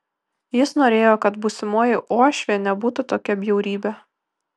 jis norėjo kad būsimoji uošvė nebūtų tokia bjaurybė